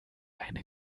eine